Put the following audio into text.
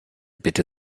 bitte